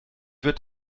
wird